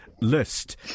list